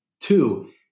Two